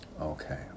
Okay